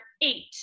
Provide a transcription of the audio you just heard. eight